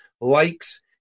likes